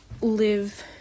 live